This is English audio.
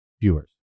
viewers